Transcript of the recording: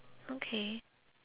okay